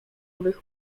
owych